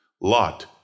Lot